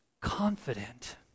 confident